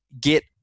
get